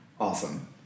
Awesome